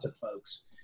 folks